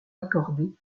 accordée